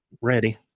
ready